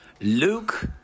Luke